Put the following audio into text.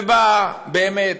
ובאה, באמת,